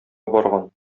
барган